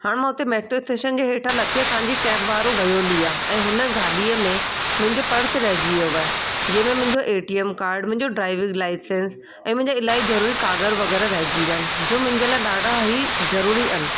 हाणे मां उते मेटिरो स्टेशन जे हेठां लथी आहियां तव्हां जी कैब वारो वयो हली आहे ऐं हुन गाॾीअ में मुंहिंजो पर्स रहिजी वियो आहे जंहिं में मुंहिंजो ए टी एम कार्ड मुंहिंजो ड्राईविंग लाईसंस ऐं मुंहिंजा इलाही ज़रूरी कागर वग़ैरह रहिजी विया आहिनि जो मुंहिंजे लाइ ॾाढा ई ज़रूरी आहिनि